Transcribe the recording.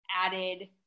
added